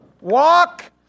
Walk